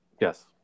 Yes